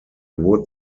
wood